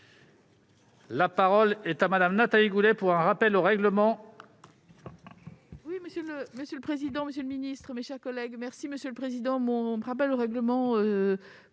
La parole est à Mme Nathalie Goulet, pour un rappel au règlement.